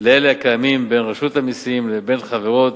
לאלה הקיימים בין רשות המסים לבין חברות